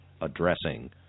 addressing